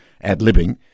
ad-libbing